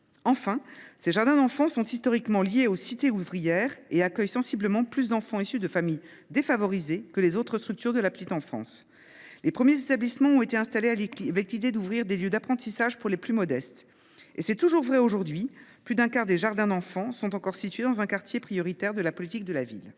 Enfin, ces jardins d’enfants sont historiquement liés aux cités ouvrières et accueillent sensiblement plus d’enfants issus de familles défavorisées que les autres structures de la petite enfance. Les premiers établissements ont été créés dans l’idée d’ouvrir des lieux d’apprentissage pour les plus modestes. Et c’est toujours vrai aujourd’hui : plus d’un quart des jardins d’enfants sont encore situés dans un quartier prioritaire de la politique de la ville.